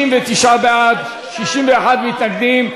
59 בעד, 61 מתנגדים.